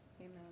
Amen